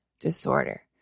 disorder